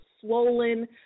swollen